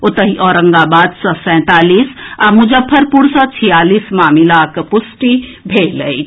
ओतहि औरंगाबाद सँ सैंतालीस आ मुजफ्फरपुर सँ छियालीस मामिलाक पुष्टि भेल अछि